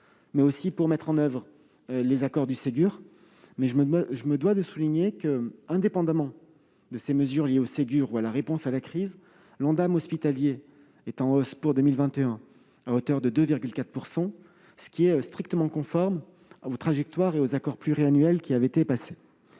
mais aussi pour mettre en oeuvre les accords du Ségur. Je me dois de souligner que, indépendamment de ces mesures liées au Ségur ou à la réponse à la crise, l'Ondam hospitalier est en hausse, pour 2021, de 2,4 %, ce qui est strictement conforme aux trajectoires décidées dans le cadre des accords pluriannuels qui avaient été passés.